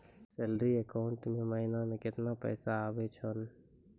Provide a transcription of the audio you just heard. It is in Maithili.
सैलरी अकाउंट मे महिना मे केतना पैसा आवै छौन?